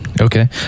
Okay